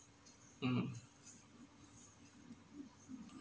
mm